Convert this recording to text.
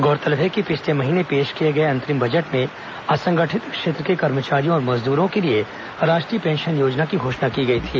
गौरतलब है कि पिछले महीने पेश किए गए अंतरिम बजट में असंगठित क्षेत्र के कर्मचारियों और मजदूरों के लिए राष्ट्रीय पेंशन योजना की घोषणा की गई थी